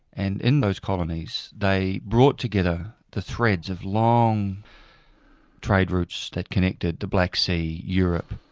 and in those colonies they brought together the threads of long trade routes that connected the black sea, europe,